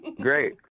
Great